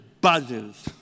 buzzes